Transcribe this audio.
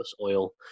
oil